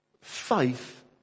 faith